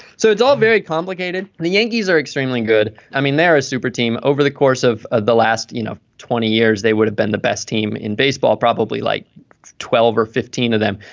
so it's all very complicated. the yankees are extremely good. i mean they're a super team over the course of ah the last you know twenty years they would have been the best team in baseball probably like twelve or fifteen of them.